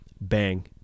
bang